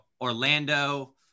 Orlando